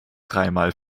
dreimal